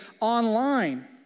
online